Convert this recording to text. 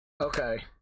Okay